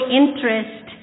interest